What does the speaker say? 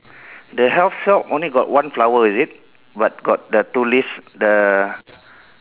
the health shop only got one flower is it but got the two lace the